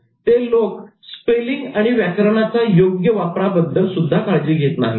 ते स्पेलिंग आणि व्याकरणाच्या योग्य वापराबद्दल सुद्धा काळजी घेत नाहीत